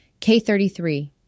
K33